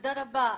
תודה רבה.